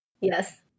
Yes